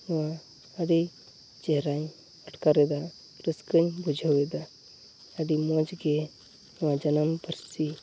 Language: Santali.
ᱱᱚᱣᱟ ᱟᱹᱰᱤ ᱪᱮᱦᱨᱟᱧ ᱟᱴᱠᱟᱨᱮᱫᱟ ᱨᱟᱹᱥᱠᱟᱹᱧ ᱵᱩᱡᱷᱟᱹᱣᱮᱫᱟ ᱟᱹᱰᱤ ᱢᱚᱡᱽᱜᱮ ᱱᱚᱣᱟ ᱡᱟᱱᱟᱢ ᱯᱟᱹᱨᱥᱤ